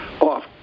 off